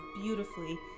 beautifully